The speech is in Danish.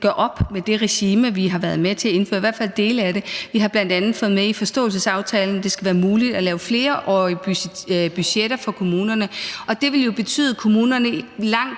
gøre op med det regime, vi har været med til at indføre, i hvert fald dele af det. Vi har bl.a. fået med i forståelsesaftalen, at det skal være muligt at lave flerårige budgetter for kommunerne, og det vil jo betyde, at kommunerne i langt